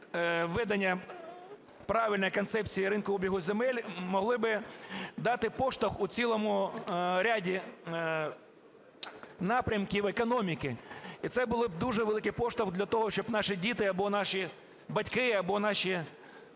введення правильної концепції ринку обігу земель могли би дати поштовх у цілому ряді напрямків економіки. І це був би дуже великий поштовх для того, щоб наші діти або наші батьки, або наші